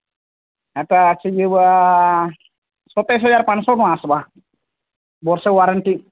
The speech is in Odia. ଏଇଟା ଆସି ଯିବ ସତେଇଶି ହଜାର ପାଞ୍ଚଶହ ଟଙ୍କା ଆସିବ ବର୍ଷେ ୱାରେଣ୍ଟି